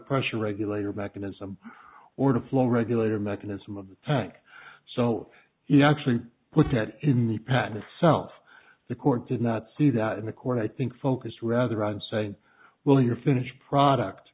pressure regulator mechanism or the flow regulator mechanism of the tank so he actually put that in the pan itself the court did not see that in the court i think focused rather on saying well your finished product